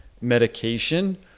medication